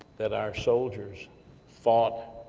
that our soldiers fought,